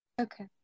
Okay